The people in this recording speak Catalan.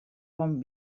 bon